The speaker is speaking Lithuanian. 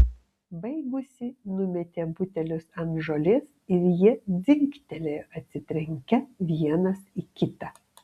baigusi numetė butelius ant žolės ir jie dzingtelėjo atsitrenkę vienas į kitą